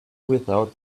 without